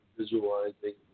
visualizing